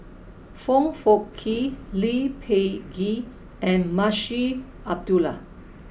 Foong Fook Kay Lee Peh Gee and Munshi Abdullah